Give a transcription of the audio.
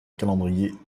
calendrier